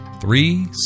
Three